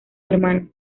hermano